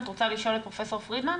את רוצה לשאול את פרופ' פרידמן?